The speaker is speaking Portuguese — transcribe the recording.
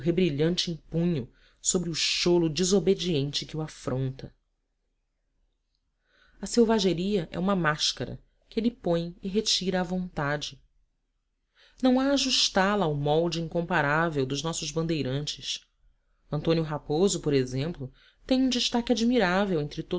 rebrilhante em punho sobre o cholo desobediente que o afronta a selvageria é uma máscara que ele põe e retira à vontade não há ajustá la ao molde incomparável dos nossos bandeirantes antônio raposo por exemplo tem um destaque admirável entre